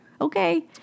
Okay